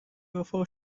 ufo